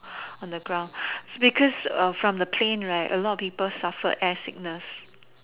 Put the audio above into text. on the ground because from the plane right a lot of people suffer air sickness